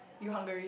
you hungry